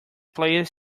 player